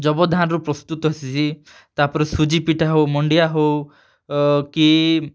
ଯବ ଧାନ୍ ରୁ ପ୍ରସ୍ତୁତ ହେଇଥିସି ତା'ର୍ପରେ ସୁଜି ପିଠା ହେଉ ମଣ୍ଡିଆ ହେଉ କି